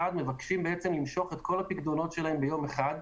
מבקשים למשוך את כל הפיקדונות שלהם ביום אלד,